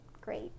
great